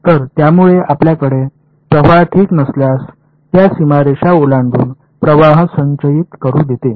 तर यामुळे आमच्याकडे प्रवाह ठीक नसल्यास त्या सीमारेषा ओलांडून प्रवाह संचयित करू देते